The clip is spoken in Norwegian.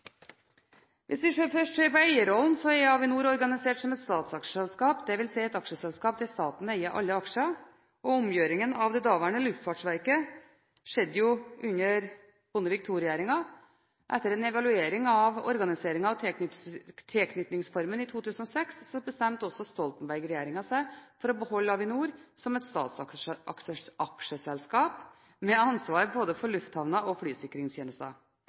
Hvis vi først ser på eierrollen, er Avinor organisert som et statsaksjeselskap, dvs. et aksjeselskap der staten eier alle aksjene. Omgjøringen av det daværende Luftfartsverket skjedde under Bondevik II-regjeringen. Etter en evaluering av organiseringen og tilknytningsformen i 2006 bestemte også Stoltenberg-regjeringen seg for å beholde Avinor som et statsaksjeselskap med ansvar både for lufthavner og flysikringstjenester.